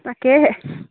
তাকেহে